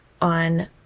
on